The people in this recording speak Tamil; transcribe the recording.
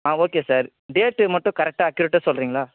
ஆ ஓகே சார் டேட்டு மட்டும் கரெக்டாக அக்யூரேட்டாக சொல்கிறீங்களா